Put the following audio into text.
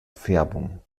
färbung